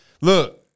Look